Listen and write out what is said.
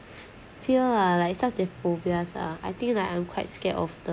fear ah like such a phobia sia I think like I'm quite scared of the